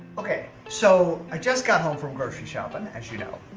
okay so, i just got home from grocery shopping, as you know,